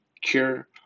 cure